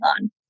on